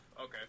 Okay